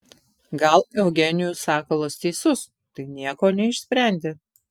gal eugenijus sakalas teisus tai nieko neišsprendė